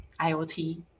IoT